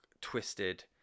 twisted